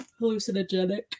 hallucinogenic